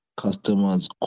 customers